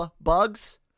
bugs